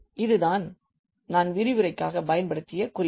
இது தான் நான் விரிவுரைக்காக பயன்படுத்திய குறிப்புகள்